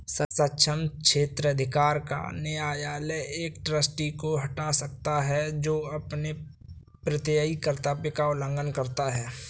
सक्षम क्षेत्राधिकार का न्यायालय एक ट्रस्टी को हटा सकता है जो अपने प्रत्ययी कर्तव्य का उल्लंघन करता है